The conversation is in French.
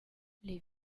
les